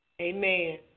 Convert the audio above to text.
Amen